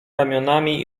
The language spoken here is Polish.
ramionami